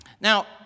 Now